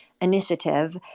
initiative